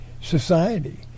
society